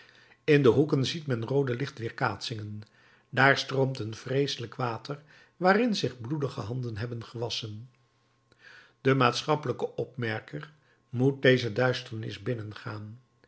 in de hoeken ziet men roode lichtweerkaatsingen daar stroomt een vreeselijk water waarin zich bloedige handen hebben gewasschen de maatschappelijke opmerker moet deze duisternis binnengaan